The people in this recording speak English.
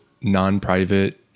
non-private